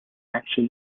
action